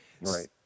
Right